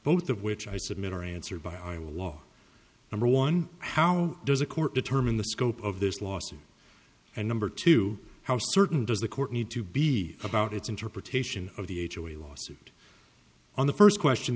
both of which i submit are answered by a law number one how does a court determine the scope of this lawsuit and number two how certain does the court need to be about its interpretation of the age away lawsuit on the first question